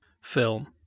film